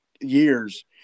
years